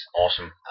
Awesome